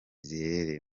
ziherereye